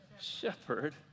shepherd